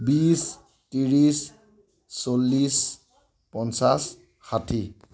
বিশ ত্ৰিছ চল্লিছ পঞ্চাছ ষাঠি